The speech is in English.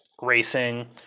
racing